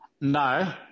No